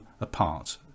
apart